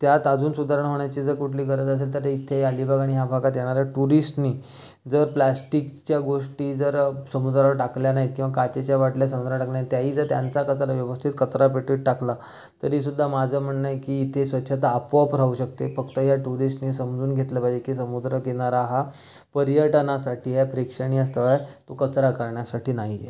त्यात अजून सुधारणा होण्याची जर कुठली गरज असेल तर ते इथे अलिबाग आणि ह्या भागात येणाऱ्या टुरिस्टनी जर प्लास्टिकच्या गोष्टी जर समुद्रावर टाकल्या नाहीत किंवा काचेच्या बाटल्या समुद्रावर त्याही जर त्यांचा कचरा व्यवस्थित कचरा पेटीत टाकला तरीसुद्धा माझं म्हणणं आहे की इथे स्वच्छता आपोआप राहू शकते फक्त या टुरिस्टनी समजून घेतलं पाहिजे की समुद्रकिनारा हा पर्यटनासाठी आहे प्रेक्षणीय स्थळ आहे तो कचरा करण्यासाठी नाही आहे